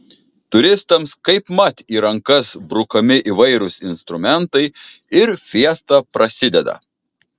turistams kaipmat į rankas brukami įvairūs instrumentai ir fiesta prasideda